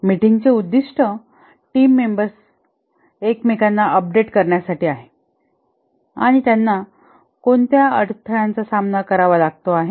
मीटिंगचे उद्दिष्ट team members एकमेकांना update करण्यासाठी आहे आणि त्यांना कोणत्याही अडथळ्याचा सामना करावा लागतो आहे का